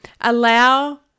allow